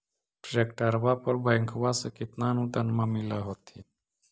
ट्रैक्टरबा पर बैंकबा से कितना अनुदन्मा मिल होत्थिन?